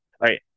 right